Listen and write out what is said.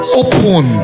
open